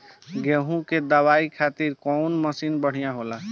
गेहूँ के दवावे खातिर कउन मशीन बढ़िया होला?